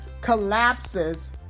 collapses